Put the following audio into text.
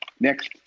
Next